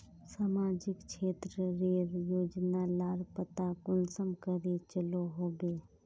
सामाजिक क्षेत्र रेर योजना लार पता कुंसम करे चलो होबे?